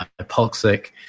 hypoxic